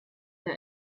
der